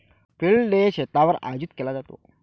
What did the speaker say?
field day शेतावर आयोजित केला जातो